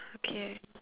okay